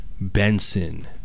Benson